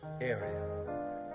area